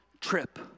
trip